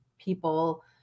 people